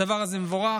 הדבר הזה מבורך.